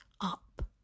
up